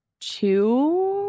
two—